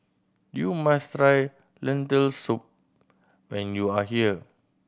you must try Lentil Soup when you are here